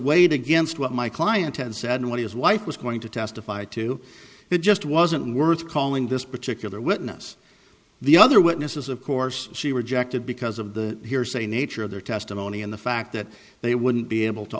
weighed against what my client had said and what his wife was going to testify to it just wasn't worth calling this particular witness the other witnesses of course she rejected because of the hearsay nature of their testimony and the fact that they wouldn't be able to